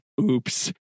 oops